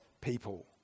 people